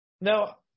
Now